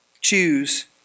choose